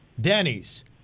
Denny's